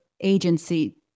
agency